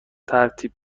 ترتیب